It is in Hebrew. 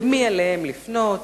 למי עליהם לפנות,